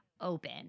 open